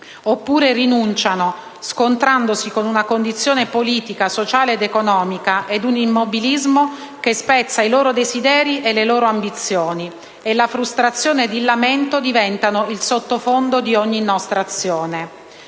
oppure rinunciano, scontrandosi con una condizione politica, sociale ed economica e con un immobilismo che spezza i loro desideri e le loro ambizioni. La frustrazione ed il lamento diventano il sottofondo di ogni nostra azione.